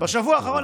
בשבוע האחרון,